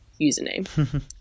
username